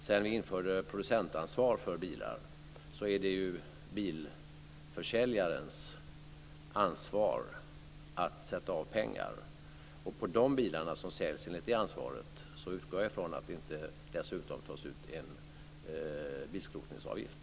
Sedan vi införde producentansvar för bilar är det ju bilförsäljarens ansvar att sätta av pengar. På de bilar som säljs enligt det ansvaret utgår jag från att det inte dessutom tas ut en bilskrotningsavgift.